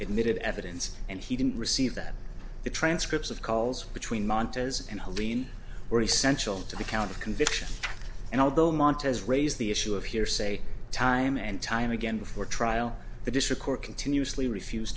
admitted evidence and he didn't receive that the transcripts of calls between montas and lean or essential to the count of conviction and although mont as raise the issue of hearsay time and time again before trial the district court continuously refuse